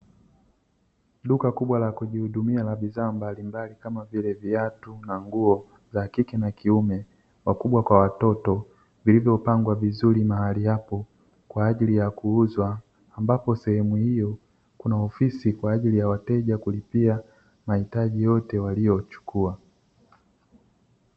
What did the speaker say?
Duka kubwa lakujihudumia la bidhaa mbalimbali kama vile viatu na nguo za kike na kiume, wakubwa kwa watoto vilivyopangwa vizuri mahali hapo kwa ajili ya kuuzwa ambapo sehemu hio kuna ofisi kwa ajili ya wateja kulipia mahitaji yote waliyochukua.